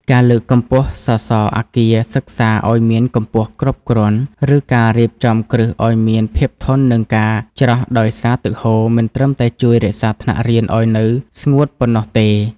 ការលើកកម្ពស់សសរអគារសិក្សាឱ្យមានកម្ពស់គ្រប់គ្រាន់ ឬការរៀបចំគ្រឹះឱ្យមានភាពធន់នឹងការច្រោះដោយសារទឹកហូរ មិនត្រឹមតែជួយរក្សាថ្នាក់រៀនឱ្យនៅស្ងួតប៉ុណ្ណោះទេ។